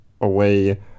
away